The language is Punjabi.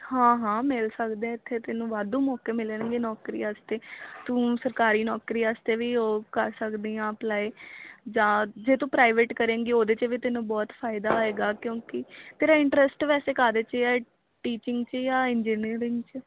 ਹਾਂ ਹਾਂ ਮਿਲ ਸਕਦੇ ਇੱਥੇ ਤੈਨੂੰ ਵਾਧੂ ਮੌਕੇ ਮਿਲਣਗੇ ਨੌਕਰੀ ਵਾਸਤੇ ਤੂੰ ਸਰਕਾਰੀ ਨੌਕਰੀ ਵਾਸਤੇ ਵੀ ਉਹ ਕਰ ਸਕਦੀ ਆਂ ਅਪਲਾਈ ਜਾਂ ਜੇ ਤੂੰ ਪ੍ਰਾਈਵੇਟ ਕਰੇਗੀ ਉਹਦੇ 'ਚ ਵੀ ਤੈਨੂੰ ਬਹੁਤ ਫਾਇਦਾ ਹੋਏਗਾ ਕਿਉਂਕਿ ਤੇਰਾ ਇੰਟਰਸਟ ਵੈਸੇ ਕਾਹਦੇ 'ਚ ਆ ਟੀਚਿੰਗ 'ਚ ਜਾਂ ਇੰਜੀਨੀਅਰਿੰਗ 'ਚ